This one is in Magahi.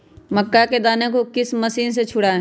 मक्का के दानो को किस मशीन से छुड़ाए?